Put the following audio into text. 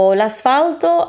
l'asfalto